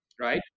right